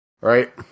Right